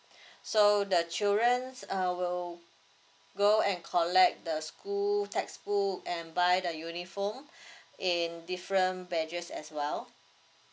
so the children err will go and collect the school textbook and buy the uniform in different bathes as well